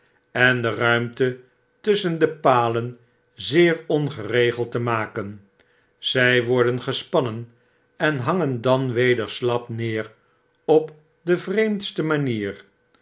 en de ruimte tusschen de palen zeerongeregeld te maken zy worden gespannen en hangen dan weder slap neer op de vreemdste manier